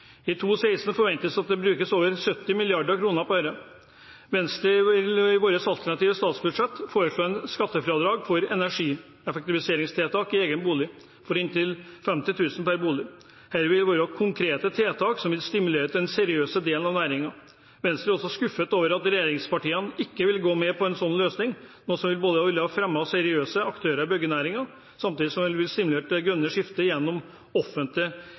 I 2016 forventes det at det brukes over 70 mrd. kr på dette. Venstre har i vårt alternative statsbudsjett foreslått et skattefradrag for energieffektiviseringstiltak i egen bolig, for inntil 50 000 kr per bolig. Dette vil være et konkret tiltak som vil stimulere den seriøse delen av næringen. Venstre er også skuffet over at regjeringspartiene ikke vil gå med på en slik løsning, noe som ville fremmet seriøse aktører i byggenæringen, samtidig som man ville stimulert til det grønne skiftet gjennom